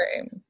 Right